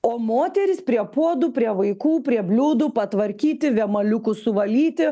o moteris prie puodų prie vaikų prie bliūdų patvarkyti vėmaliukus suvalyti